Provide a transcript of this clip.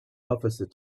officer